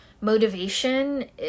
motivation